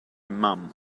mom